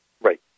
Right